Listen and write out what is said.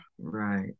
Right